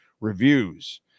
reviews